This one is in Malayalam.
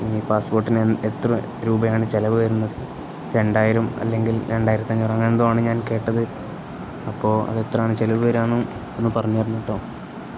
ഇനി പാസ്പോർട്ടിന് എത്ര രൂപയാണ് ചെലവു വരുന്നത് രണ്ടായിരം അല്ലെങ്കിൽ രണ്ടായിരത്തി അഞ്ഞൂറ് അങ്ങനെന്തോ ആണ് ഞാൻ കേട്ടത് അപ്പോല് അതെത്രയാണു ചെലവു വരികയെന്നും ഒന്നു പറഞ്ഞുതരണം കെട്ടോ